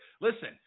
Listen